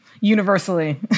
universally